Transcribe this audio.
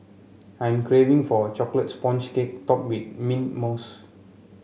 I'm craving for a chocolate sponge cake topped with mint mousse